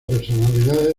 personalidades